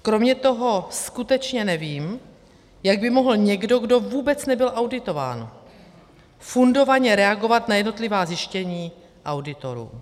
Kromě toho skutečně nevím, jak by mohl někdo, kdo vůbec nebyl auditován, fundovaně reagovat na jednotlivá zjištění auditorů.